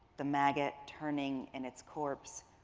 the maggot turning in its corpse.